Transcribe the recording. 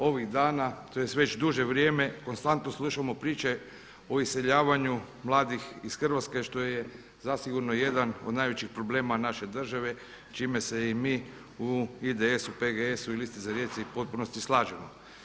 Ovih dana, tj. već duže vrijeme konstantno slušamo priče o iseljavanju mladih iz Hrvatske što je zasigurno jedan od najvećih problema naše države čime se i mi u IDS-u, PGS-u i Listi za Rijeku u potpunosti slažemo.